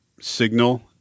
signal